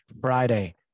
Friday